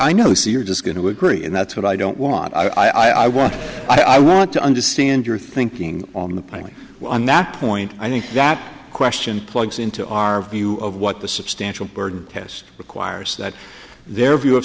know so you're just going to agree and that's what i don't want i want i want to understand your thinking on the painting on that point i think that question plugs into our view of what the substantial burden test requires that their view of